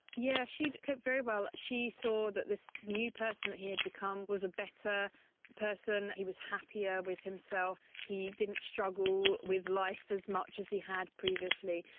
yes, she'd coped very well. she saw that this new person that he had become was a better person, that he was happier with himself, he didn't struggle with life as much as he had previously.